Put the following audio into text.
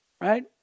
right